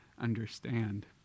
understand